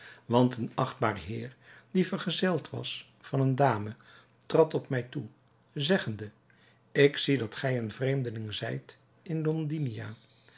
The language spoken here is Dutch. want een achtbaar heer die vergezeld was van eene dame trad op mij toe zeggende ik zie dat gij een vreemdeling zijt in londinia